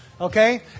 okay